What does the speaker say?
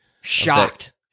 Shocked